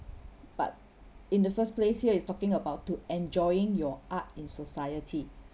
but in the first place here is talking about to enjoying your art in society